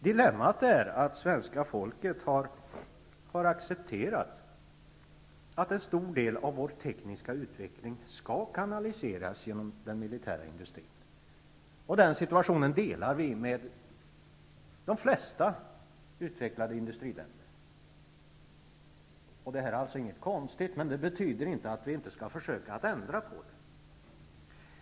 Dilemmat är att svenska folket har accepterat att en stor del av vår tekniska utveckling skall kanaliseras genom den militära industrin. Den situationen delar vi med de flesta utvecklade industriländer. Det är inte konstigt, men det betyder inte att vi inte skall försöka ändra på det.